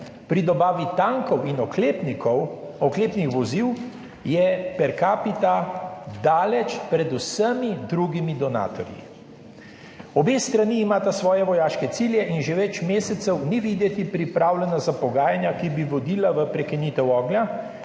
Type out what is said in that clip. Pri dobavi tankov in oklepnikov, oklepnih vozil je per kapita daleč pred vsemi drugimi donatorji. Obe strani imata svoje vojaške cilje in že več mesecev ni videti pripravljanja za pogajanja, ki bi vodila v prekinitev ognja,